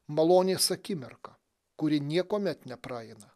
malonės akimirka kuri niekuomet nepraeina